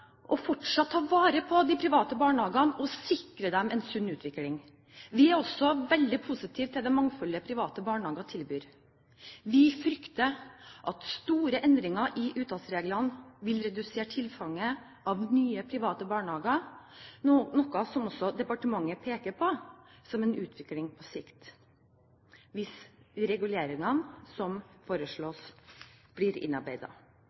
fortsatt å ta vare på de private barnehagene og sikre dem en sunn utvikling. Vi er også veldig positive til det mangfoldet private barnehager tilbyr. Vi frykter at store endringer i uttaksreglene vil redusere tilfanget av nye private barnehager, noe som også departementet peker på som en utvikling på sikt, hvis de reguleringene som foreslås, blir